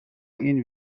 این